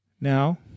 Now